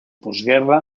postguerra